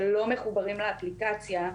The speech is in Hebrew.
שלא מחוברים לאפליקציה,